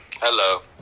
Hello